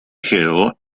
hill